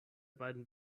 beiden